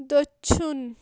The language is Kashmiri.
دٔچھُن